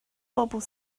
bobl